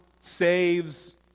saves